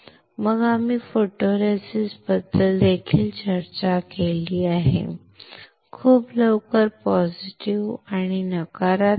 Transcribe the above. मग आम्ही फोटोरेसिस्ट बद्दल देखील चर्चा केली आहे खूप लवकर पॉझिटिव्ह आणि नकारात्मक